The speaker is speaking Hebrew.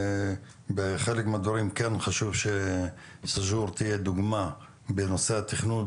בחלק מהדברים כן חשוב שסאג'ור תהיה דוגמה בנושא התכנון,